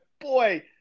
boy